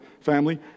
family